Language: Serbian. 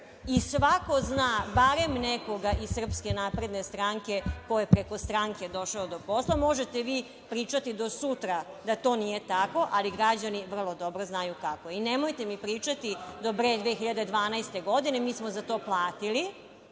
i svako zna barem nekoga iz SNS ko je preko stranke došao do posla. Možete vi pričati do sutra da to nije tako, ali građani vrlo dobro znaju kako je. Nemojte mi pričati da pre 2012. godine mi smo za to platili